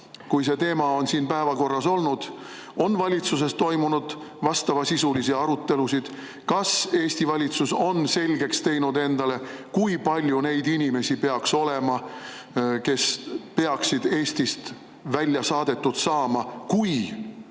kui see teema siin päevakorras oli, on valitsuses toimunud vastavasisulisi arutelusid? Kas Eesti valitsus on selgeks teinud endale, kui palju neid inimesi peaks olema, kes peaksid Eestist välja saadetud saama, kui Ukraina